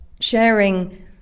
sharing